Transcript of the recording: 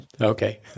Okay